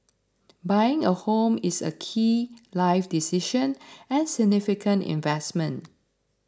buying a home is a key life decision and significant investment